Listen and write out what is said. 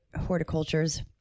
horticulture's